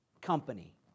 company